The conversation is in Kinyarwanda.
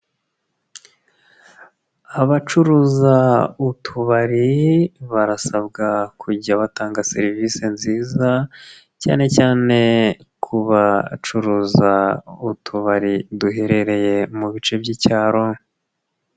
Abacuruza utubari barasabwa kujya batanga serivisi nziza cyane cyane ku bacuruza utubari duherereye mu bice by'icyaro.